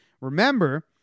Remember